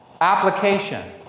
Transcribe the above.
Application